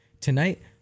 Tonight